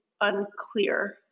unclear